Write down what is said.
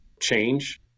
change